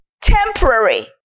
temporary